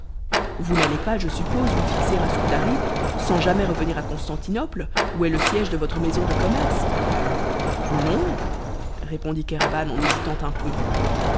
vous n'allez pas je suppose vous fixer à scutari sans jamais revenir à constantinople où est le siège de votre maison de commerce non répondit kéraban en hésitant un peu